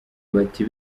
bati